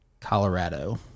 Colorado